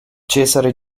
cesare